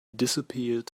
disappeared